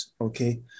okay